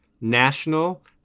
national